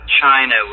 China